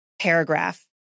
Paragraph